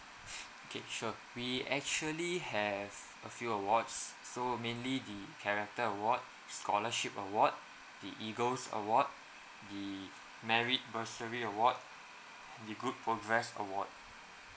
okay sure we actually have a few awards so mainly the character award scholarship award the eagles award the merit bursary award the good progress award